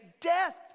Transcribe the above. death